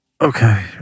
Okay